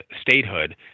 statehood